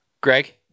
Greg